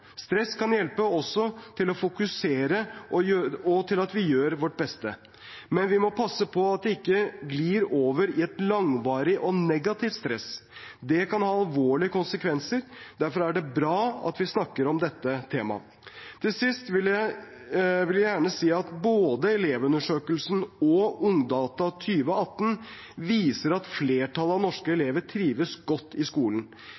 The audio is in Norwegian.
stress kan hjelpe oss til å fokusere og gjøre vårt beste. Men vi må passe på at det ikke glir over i et langvarig negativt stress. Det kan ha alvorlige konsekvenser. Derfor er det bra at vi snakker om dette temaet. Til sist vil jeg gjerne si at både Elevundersøkelsen og Ungdata 2018 viser at flertallet av norske elever trives godt i skolen.